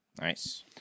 Nice